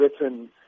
written